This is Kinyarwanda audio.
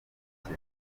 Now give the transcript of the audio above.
make